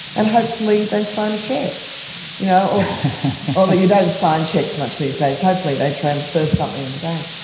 and hopefully they sign a cheque you know or although you don't sign cheques much these days, hopefully they transferred something in the bank.